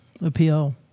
appeal